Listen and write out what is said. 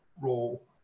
role